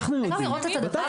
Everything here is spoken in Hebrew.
אפשר לראות את הדבר הזה?